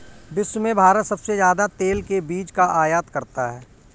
विश्व में भारत सबसे ज्यादा तेल के बीज का आयत करता है